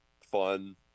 fun